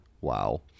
Wow